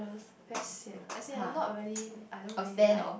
very sian as in I not really I don't really like